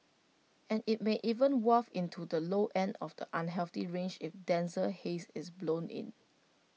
and IT may even waft into the low end of the unhealthy range if denser haze is blown in